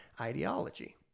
ideology